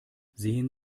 sehen